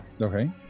okay